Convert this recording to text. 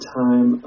time